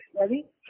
Ready